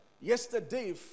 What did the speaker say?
yesterday